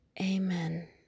amen